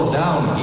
down